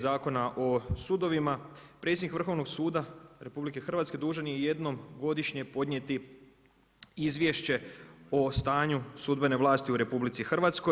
Zakona o sudovima, predsjednik Vrhovnoga suda RH, dužan je jednom godišnje podnijeti izvješće o stanju sudbene vlasti u RH.